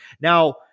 Now